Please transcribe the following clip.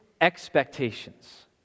expectations